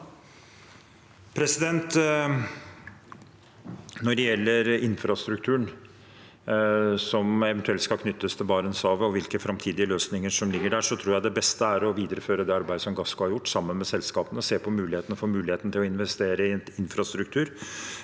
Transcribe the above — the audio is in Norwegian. Når det gjelder infrastrukturen som eventuelt skal knyttes til Barentshavet og hvilke framtidige løsninger som ligger der, tror jeg det beste er å videreføre det arbeidet som Gassco har gjort, sammen med selskapene, og se på mulighetene for å investere i infrastruktur,